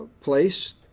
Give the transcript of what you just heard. place